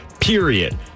Period